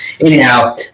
anyhow